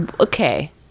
okay